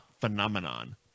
phenomenon